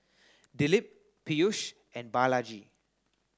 Dilip Peyush and Balaji